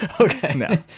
okay